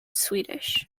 swedish